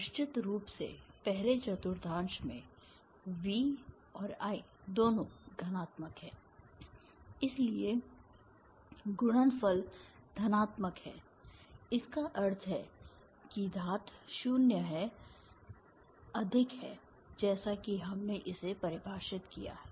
और निश्चित रूप से पहले चतुर्थांश में V और I दोनों धनात्मक हैं इसलिए गुणनफल धनात्मक है इसका अर्थ है कि घात शून्य से अधिक है जैसा कि हमने इसे परिभाषित किया है